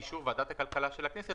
באישור ועדת הכלכלה של הכנסת,